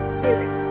Spirit